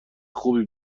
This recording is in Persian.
خوبی